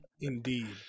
Indeed